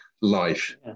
life